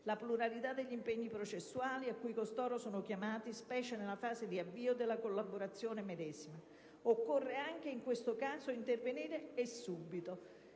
la pluralità degli impegni processuali a cui costoro sono chiamati, specie nella fase di avvio della collaborazione medesima. Occorre anche in questo caso intervenire e subito.